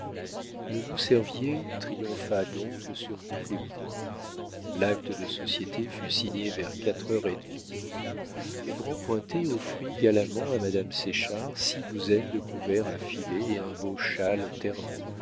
le loup-cervier triompha donc sur tous les points l'acte de société fut signé vers quatre heures et demie le grand cointet offrit galamment à madame séchard six douzaines de couverts à filets et un beau châle ternaux